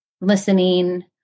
listening